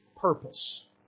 purpose